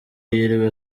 yiriwe